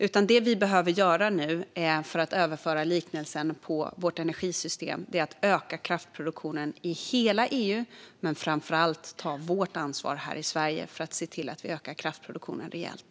Det som vi nu behöver göra för att överföra liknelsen på vårt energisystem är att öka kraftproduktionen i hela EU men framför allt ta vårt ansvar här i Sverige för att se till att vi ökar kraftproduktionen rejält.